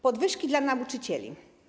Podwyżki dla nauczycieli.